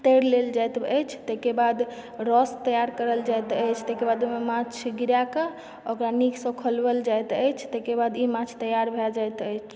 तरि लेल जाइत अछि तैके बाद रऽस तैयार करल जाइत अछि तैके बाद ओइमे माछ गिराएकऽ ओकरा नीकसँ खौलबल जाइत अछि तैके बाद ई माछ तैयार भए जाइत अछि